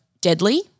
deadly